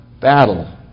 battle